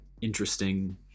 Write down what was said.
interesting